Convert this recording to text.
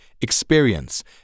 experience